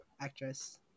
actress